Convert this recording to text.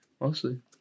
mostly